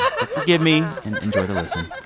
but forgive me, and enjoy the listen